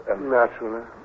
Naturally